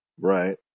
Right